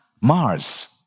Mars